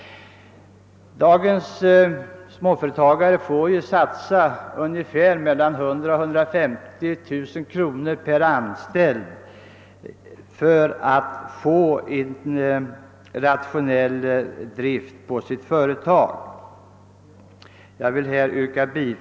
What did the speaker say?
Dagens småföretagare måste satsa 100 000—150 000 kr. per anställd för att åstadkomma en rationell drift inom sitt företag.